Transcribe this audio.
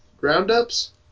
Roundups